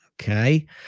Okay